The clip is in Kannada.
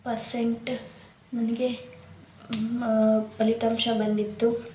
ಪರ್ಸೆಂಟ್ ನನಗೆ ಫಲಿತಾಂಶ ಬಂದಿತ್ತು